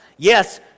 Yes